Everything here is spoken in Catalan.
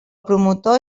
promotor